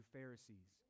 Pharisees